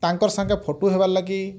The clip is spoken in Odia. ତାଙ୍କର୍ ସାଙ୍ଗେ ଫଟୋ ହେବାର୍ ଲାଗି